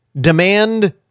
demand